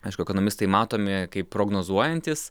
aišku ekonomistai matomi kaip prognozuojantys